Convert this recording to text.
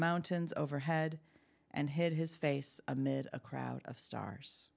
mountains overhead and hid his face amid a crowd of stars